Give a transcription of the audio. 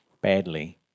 badly